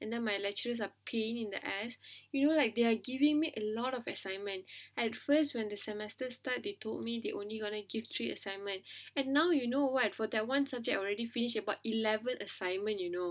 and then my lecturers are pain in the ass you know like they're giving me a lot of assignment at first when the semester start they told me they only gonna give three assignment and now you know what for that one subject I already finish about eleven assignment you know